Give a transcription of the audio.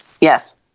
yes